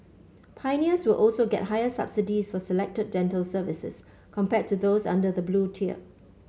pioneers will also get higher subsidies for selected dental services compared to those under the Blue Tier